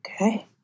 Okay